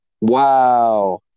Wow